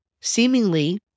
seemingly